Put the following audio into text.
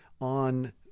on